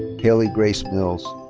hailey grace mills.